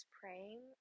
praying